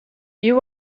you